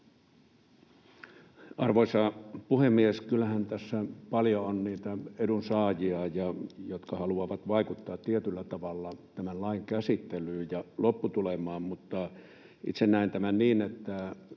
Arvoisa puhemies! Kyllähän tässä paljon on niitä edunsaajia, jotka haluavat vaikuttaa tietyllä tavalla tämän lain käsittelyyn ja lopputulemaan, mutta itse näen tämän niin,